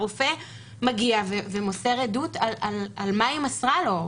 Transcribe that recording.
הרופא מגיע ומוסר עדות על מה היא מסרה לו.